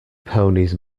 ponies